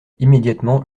immédiatement